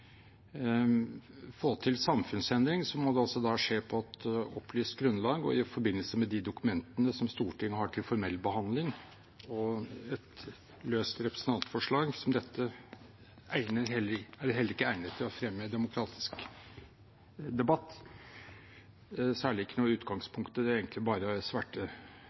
få til samfunnsendring, må det skje på et opplyst grunnlag og i forbindelse med de dokumentene Stortinget har til formell behandling. Et løst representantforslag som dette er heller ikke egnet til å fremme demokratisk debatt – særlig ikke når utgangspunktet egentlig bare er å sverte